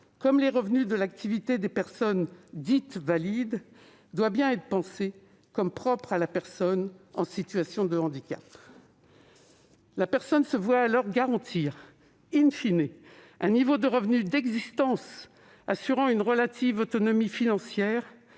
comme les revenus de l'activité des personnes dites « valides », doit bien être pensé comme propre à la personne en situation de handicap. La personne se voit garantir un niveau de revenu d'existence assurant une relative autonomie financière.